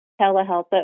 telehealth